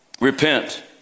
Repent